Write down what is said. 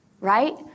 right